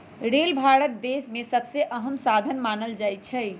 rail Bharat देश में सबसे अहम साधन मानल जाई छई